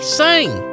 sing